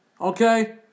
Okay